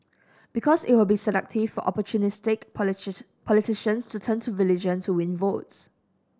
because it will be seductive for opportunistic politicians to turn to religion to win votes